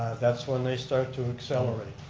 that's when they start to accelerate.